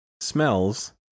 smells